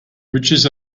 riches